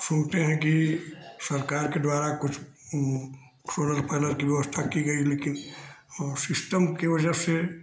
सुनते हैं कि सरकार के द्वारा कुछ सोलर पैनल की व्यवस्था की गई है लेकिन और सिस्टम के वजह से